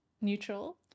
neutral